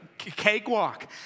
cakewalk